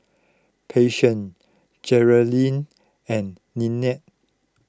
Patience Jerrilyn and Nelie